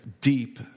deep